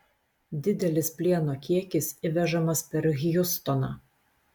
didelis plieno kiekis įvežamas per hjustoną